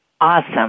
Awesome